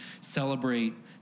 celebrate